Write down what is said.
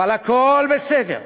אבל הכול בסדר.